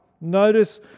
Notice